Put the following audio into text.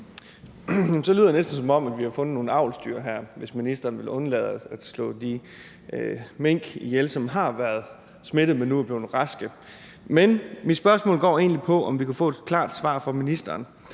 Det lyder næsten, som om vi har fundet nogle avlsdyr her, hvis ministeren vil undlade at slå de mink ihjel, som har været smittet, men nu er blevet raske. Men mit spørgsmål går egentlig på, om vi kunne få et klart svar fra ministeren,